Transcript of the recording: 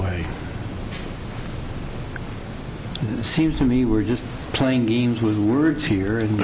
way seems to me we're just playing games with words here